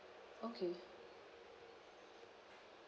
okay